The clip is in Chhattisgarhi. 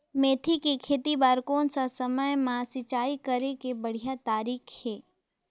मेथी के खेती बार कोन सा समय मां सिंचाई करे के बढ़िया तारीक हे?